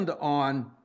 on